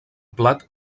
plat